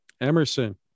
Emerson